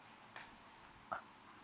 call